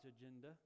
agenda